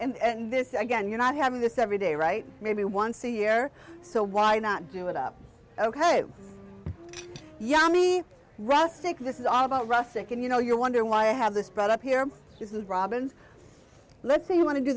there and this again you're not having this every day right maybe once a year so why not do it up ok yummy rustic this is all about rustic and you know you wonder why i have this brought up here this is robin's let's say you want to do